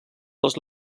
dels